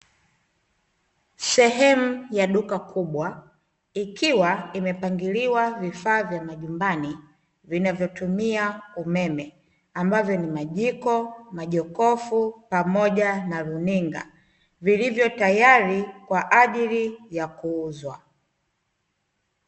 Sehemu ya duka kubwa, ikiwa imepangiliwa vifaa vya majumbani vinavyotumia umeme, ambavyo ni; majiko, majokofu pamoja na runinga, vilivyo tayari kwa ajili ya kuuzwa.